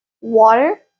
water